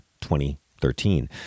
2013